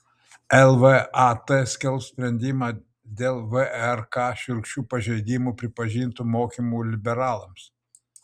lvat skelbs sprendimą dėl vrk šiurkščiu pažeidimu pripažintų mokymų liberalams